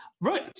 right